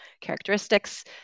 characteristics